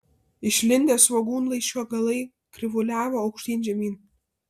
išlindę svogūnlaiškio galai krivuliavo aukštyn žemyn